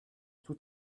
tout